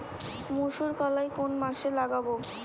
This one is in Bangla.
মুসুর কলাই কোন মাসে লাগাব?